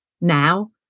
now